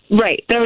Right